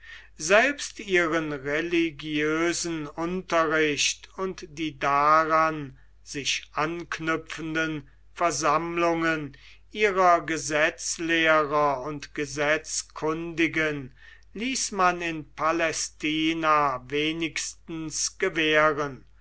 selbst ihren religiösen unterricht und die daran sich anknüpfenden versammlungen ihrer gesetzlehrer und gesetzkundigen ließ man in palästina wenigstens gewähren